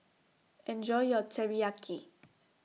Enjoy your Teriyaki